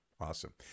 Awesome